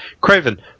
craven